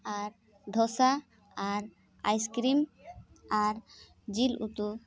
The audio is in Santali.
ᱟᱨ ᱫᱷᱚᱥᱟ ᱟᱨ ᱟᱭᱤᱥᱠᱨᱤᱢ ᱟᱨ ᱡᱤᱞ ᱩᱛᱩ